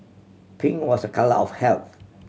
pink was a colour of health